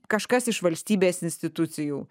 kažkas iš valstybės institucijų